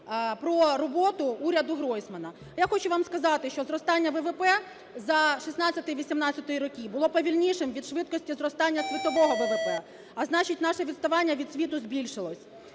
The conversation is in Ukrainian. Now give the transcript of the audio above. про роботу уряду Гройсмана. Я хочу вам сказати, що зростання ВВП за 2016-2018 роки було повільнішим від швидкості зростання світового ВВП, а значить, наше відставання від світу збільшилося.